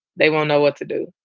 they won't know what to do